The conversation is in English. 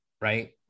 right